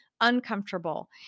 uncomfortable